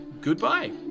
goodbye